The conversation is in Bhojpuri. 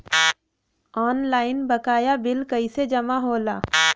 ऑनलाइन बकाया बिल कैसे जमा होला?